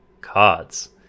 cards